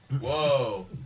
Whoa